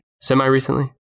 semi-recently